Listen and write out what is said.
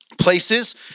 places